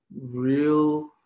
real